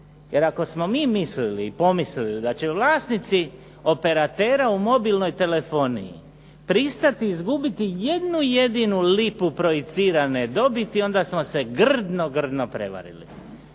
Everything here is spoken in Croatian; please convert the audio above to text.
jer ako smo mi mislili i pomislili da će vlasnici operatera u mobilnoj telefoniji pristati izgubiti jednu jedinu lipu projicirane dobiti, onda smo se grdno, grdno prevarili.